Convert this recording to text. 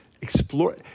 explore